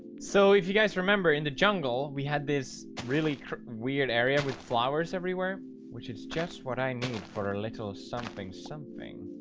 so if you guys remember in the jungle, we had this really weird area with flowers everywhere which is just what i need for a little something-something